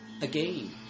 again